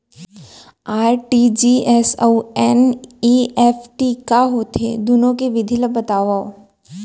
RTGS अऊ NEFT का होथे, दुनो के विधि ला बतावव